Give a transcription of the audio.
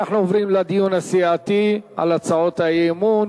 אנחנו עוברים לדיון הסיעתי על הצעות האי-אמון.